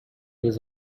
was